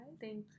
thank